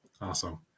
Awesome